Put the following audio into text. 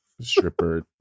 stripper